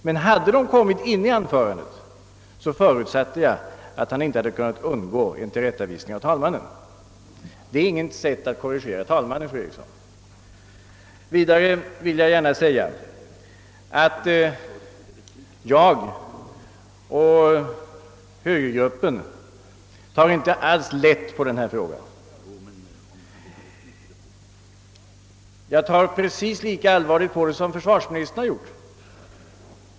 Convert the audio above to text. Men om orden i fråga kommit inne i herr Kellgrens anförande, hade han inte enligt min bedömning kunnat undgå en tillrättavisning av talmannen. Detta innebär ingen korrigering av talmannen, fru Eriksson. Vidare vill jag gärna anföra att jag och högergruppen i övrigt inte alls tar lätt på denna fråga. Jag ser precis lika allvarligt på den som försvarsministern har gjort.